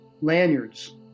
lanyards